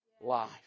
life